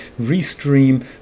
restream